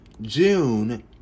june